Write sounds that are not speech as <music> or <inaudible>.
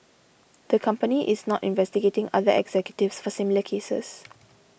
<noise> the company is not investigating other executives for similar cases